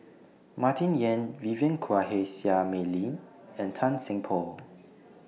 Martin Yan Vivien Quahe Seah Mei Lin and Tan Seng Poh